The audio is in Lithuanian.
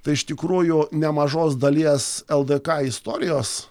tai iš tikrųjų nemažos dalies ldk istorijos